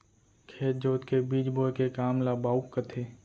खेत जोत के बीज बोए के काम ल बाउक कथें